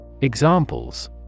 Examples